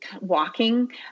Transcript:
walking